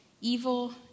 evil